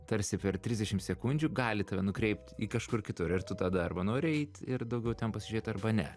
tarsi per trisdešim sekundžių gali tave nukreipt į kažkur kitur ir tu tada arba nori eit ir daugiau ten pasižiūrėt arba ne